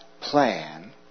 plan